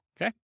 Okay